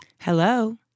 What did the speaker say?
Hello